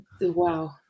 Wow